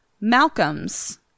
Malcolm's